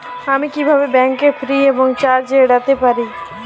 আমি কিভাবে bank fee এবং চার্জ এড়াতে পারি?